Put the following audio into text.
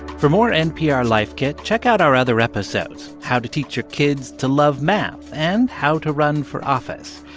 for more npr life kit, check out our other episodes, how to teach your kids to love math and how to run for office.